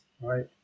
right